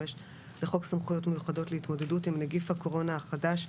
לחוק סמכויות מיוחדות להתמודדות עם נגיף הקורונה החדש,